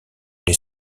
les